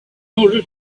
order